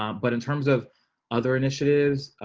um but in terms of other initiatives.